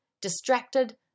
distracted